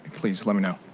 please let me know.